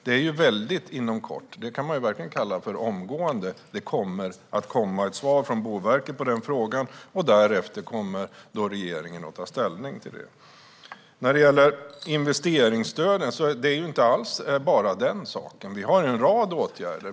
Det är ju inom kort, och det kan man verkligen kalla för omgående. Det kommer att komma ett svar från Boverket på den frågan och därefter kommer regeringen att ta ställning. När det gäller investeringsstöden är det inte alls bara de som gäller. Vi har en rad åtgärder.